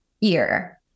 ear